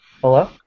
Hello